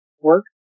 work